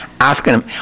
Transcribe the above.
African